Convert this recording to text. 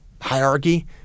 Hierarchy